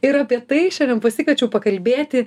ir apie tai šiandien pasikviečiau pakalbėti